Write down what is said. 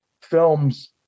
films